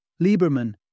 Lieberman